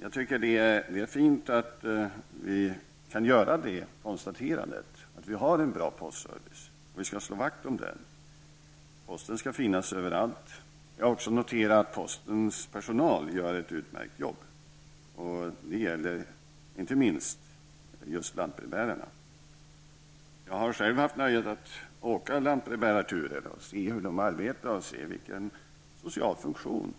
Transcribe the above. Jag tycker att det är fint att vi kan göra det konstaterandet, att vi har en bra postservice. Vi skall slå vakt om den. Posten skall finnas överallt. Jag har också noterat att postens personal gör ett utmärkt jobb. Det gäller inte minst lantbrevbärarna. Jag har själv haft nöjet att åka lantbrevbärarturer och se hur de arbetar och vilken social funktion